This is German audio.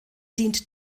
dient